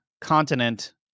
continent